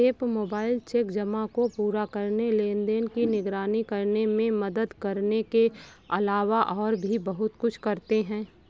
app mobile check जमा को पूरा करने, लेनदेन की निगरानी करने में मदद करने के अलावा और भी बहुत कुछ करते हैं